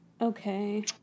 Okay